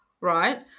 right